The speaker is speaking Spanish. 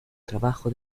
trabajo